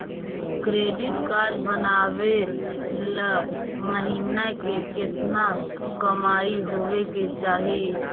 Credit card बनबाबे ल महीना के केतना कमाइ होबे के चाही?